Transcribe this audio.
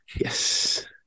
Yes